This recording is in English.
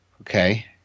Okay